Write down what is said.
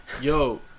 Yo